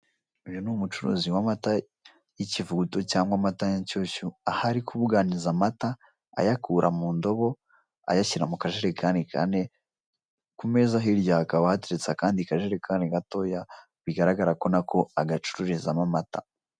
Uyu ni umucuruzi w'amata y'ikivuguto cyangwa amata y'inshyushyu, aho ari kubuganiza amata ayakura mu ndobo ayashyira mu kajerekani k'ane, ku meza hirya hakaba hateretse akandi kajerekani gatoya bigaragara ko na ko agacururizamo amata.